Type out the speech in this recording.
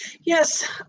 Yes